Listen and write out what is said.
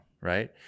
right